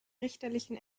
richterlichen